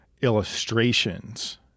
illustrations